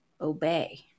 obey